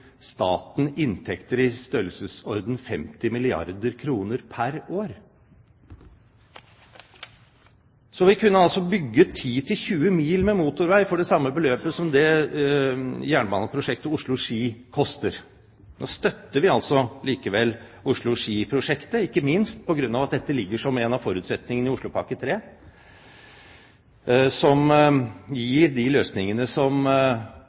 staten inntekter i størrelsesorden 50 milliarder kr pr. år. Vi kunne altså bygget 10–20 mil med motorvei for det samme beløpet som jernbaneprosjektet Oslo–Ski koster. Nå støtter vi altså likevel Oslo–Ski-prosjektet, ikke minst på grunn av at det ligger som en av forutsetningene i Oslopakke 3, som gir de løsningene som